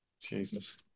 Jesus